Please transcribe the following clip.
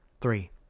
three